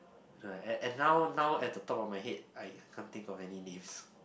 right and now now at the top of my head I can't think of any names